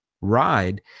ride